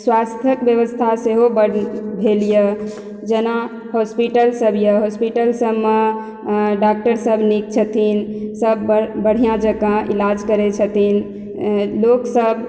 स्वास्थक वयवस्था सेहो बढ़ भेल यऽ जेना हॉस्पिटल सब यऽ हॉस्पिटल सबमे डॉक्टर सब नीक छथिन सब बढ़िआँ जकाँ इलाज करय छथिन लोक सब